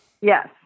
yes